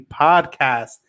podcast